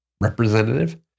representative